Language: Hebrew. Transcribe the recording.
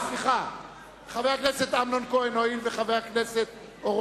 חבר הכנסת אמנון כהן,